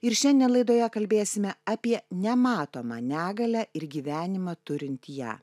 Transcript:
ir šiandien laidoje kalbėsime apie nematomą negalią ir gyvenimą turint ją